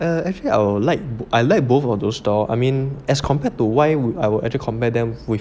err actually I would like I like both of those store I mean as compared to why I will actually compare